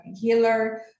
healer